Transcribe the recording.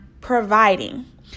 providing